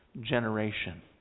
generation